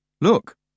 Look